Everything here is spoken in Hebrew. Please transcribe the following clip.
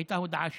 הייתה הודעה שקרית.